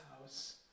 house